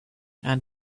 and